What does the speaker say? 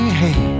hey